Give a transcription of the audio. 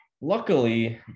Luckily